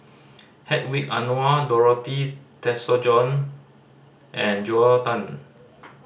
Hedwig Anuar Dorothy Tessensohn and Joel Tan